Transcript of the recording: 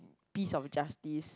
peace of justice